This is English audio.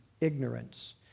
ignorance